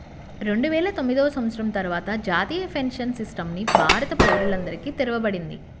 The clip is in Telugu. రెండువేల తొమ్మిది సంవత్సరం తర్వాత జాతీయ పెన్షన్ సిస్టమ్ ని భారత పౌరులందరికీ తెరవబడింది